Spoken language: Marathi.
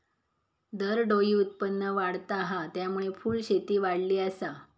दरडोई उत्पन्न वाढता हा, त्यामुळे फुलशेती वाढली आसा